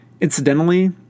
Incidentally